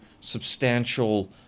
substantial